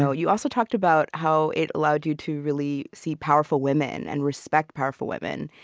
so you also talked about how it allowed you to really see powerful women and respect powerful women.